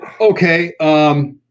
Okay